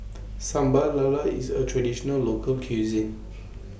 Sambal Lala IS A Traditional Local Cuisine